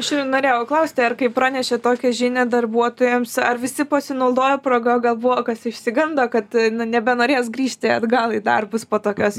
aš ir norėjau klausti ar kai pranešėt tokią žinią darbuotojams ar visi pasinaudojo proga gal buvo kas išsigando kad nebenorės grįžti atgal į darbus po tokios